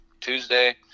Tuesday